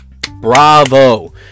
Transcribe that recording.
bravo